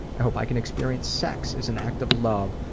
i hope i can experience sex as an act of love,